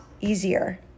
easier